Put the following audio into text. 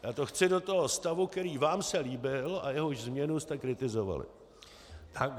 Já to chci do toho stavu, který vám se líbil a jehož změnu jste kritizovali.